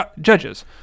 Judges